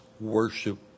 worship